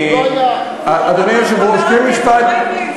חבר הכנסת ריבלין,